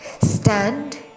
stand